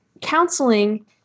counseling